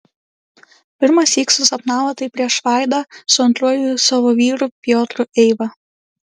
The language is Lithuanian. pirmąsyk susapnavo tai prieš vaidą su antruoju savo vyru piotru eiva